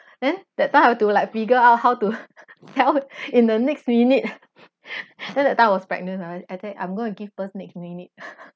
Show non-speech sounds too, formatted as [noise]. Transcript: then that time I have to like figure out how to [laughs] tell in the next minute [laughs] then that time I was pregnant ah [laughs] I tell him I'm gonna give birth next minute [laughs]